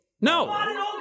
No